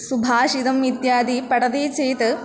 सुभाषितम् इत्यादि पठति चेत्